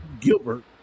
Gilbert